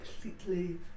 completely